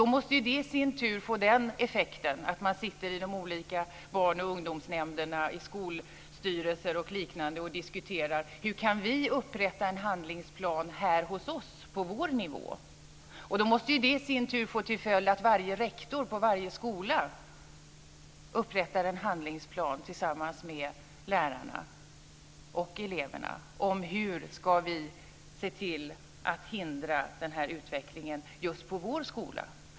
Det måste i sin tur få den effekten att man i de olika barn och ungdomsnämnderna, i skolstyrelser och liknande diskuterar: Hur kan vi upprätta en handlingsplan här hos oss, på vår nivå? Då måste det i sin tur få till följd att varje rektor på varje skola upprättar en handlingsplan tillsammans med lärarna och eleverna: Hur ska vi se till att hindra den här utvecklingen just på vår skola?